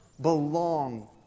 belong